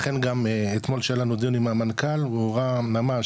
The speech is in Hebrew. לכן גם אתמול שהיה לנו דיון עם המנכ"ל והוא ראה ממש,